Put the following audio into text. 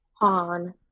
Han